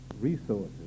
resources